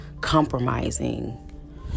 compromising